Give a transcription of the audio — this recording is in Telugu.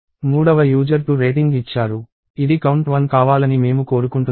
మూడవ యూజర్ 2 రేటింగ్ ఇచ్చారు ఇది కౌంట్ 1 కావాలని మేము కోరుకుంటున్నాము